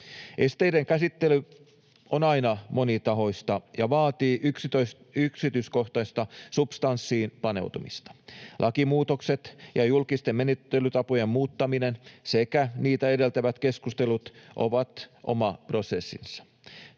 Esteiden käsittely on aina monitahoista ja vaatii yksityiskohtaista substanssiin paneutumista. Lakimuutokset ja julkisten menettelytapojen muuttaminen sekä niitä edeltävät keskustelut ovat oma prosessinsa.